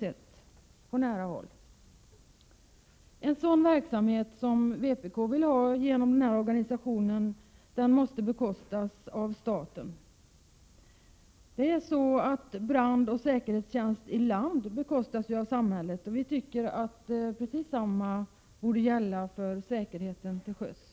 En sådan verksamhet som den som vpk syftar till med denna organisation måste bekostas av staten. Brandoch säkerhetstjänst till lands bekostas av samhället, och vi tycker att samma förhållande borde gälla för säkerheten till sjöss.